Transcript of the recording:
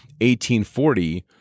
1840